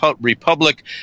republic